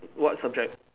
what subject